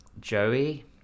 joey